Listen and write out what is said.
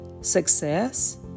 Success